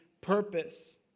purpose